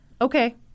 okay